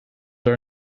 are